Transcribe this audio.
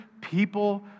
people